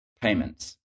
payments